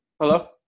Hello